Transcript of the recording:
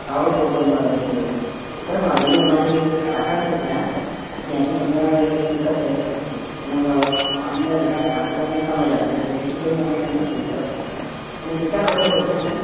south બોપલમાં રહો છો કંઈ વાંધો નહીં અમારી એક શાખા છે ત્યાં ત્યાંથી તમને પિકઅપ કરી શકશું અને અમને એડ્રેસ આપજો અને સમય આપજો કે જેથી કરીને અમે તમને પિકઅપ કરી શકીએ અને કેટલા લોકો રહેશે બેન